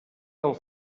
del